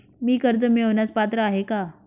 मी कर्ज मिळवण्यास पात्र आहे का?